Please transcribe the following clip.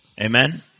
Amen